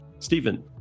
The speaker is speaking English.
Stephen